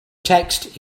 text